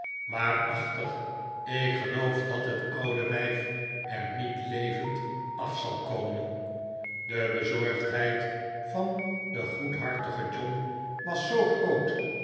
waarachtig ik geloof dat het oude wijf er niet levend af zal komen de bezorgdheid van den goedhartigen john was zoo groot